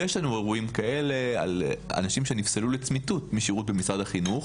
ויש לנו אירועים כאלה על אנשים שנפסלו לצמיתות משירות במשרד החינוך,